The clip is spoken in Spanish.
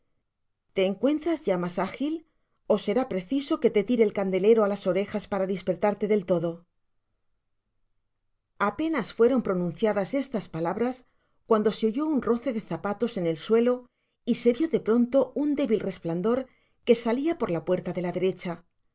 te encuentras ya mas agil ó será preciso que te tire el candelcro á las orejas para dispertarle del todo apenas fueron pronunciadas estas palabras cuando se oyó un roce de zapatos en el suelo y se vió de pronto un débil resplandor que salia por la puerta de la derecha